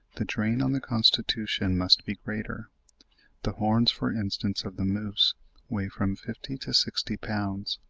the drain on the constitution must be greater the horns, for instance, of the moose weigh from fifty to sixty pounds,